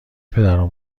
پدرو